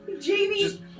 Jamie